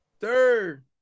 Third